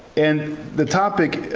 and the topic,